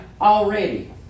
already